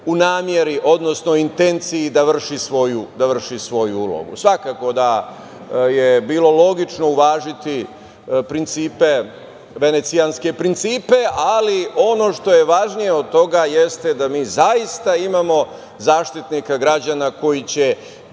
u nameri, odnosno intenciji i da vrši svoju ulogu. Svakako da je bilo logično uvažiti principe venecijanske, ali ono što je važnije od toga jeste da mi zaista imamo Zaštitnika građana koji će